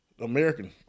American